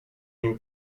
nim